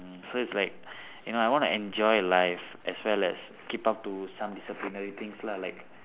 mm so it's like you know I want to enjoy life as well as keep up to some disciplinary things lah like